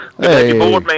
Hey